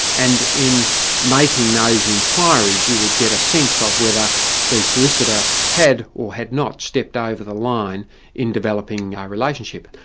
and in making those enquiries, you would get a sense of whether the solicitor had or had not stepped over the line in developing a ah relationship.